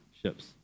ships